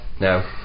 no